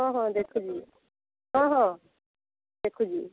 ହଁ ହଁ ଦେଖୁଛି ହଁ ହଁ ଦେଖୁଛି